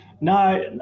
No